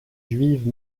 juive